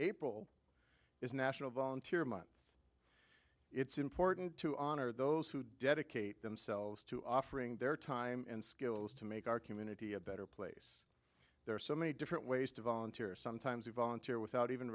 april is national volunteer month it's important to honor those who dedicate themselves to offering their time and skills to make our community a better place there are so many different ways to volunteer or sometimes you volunteer without even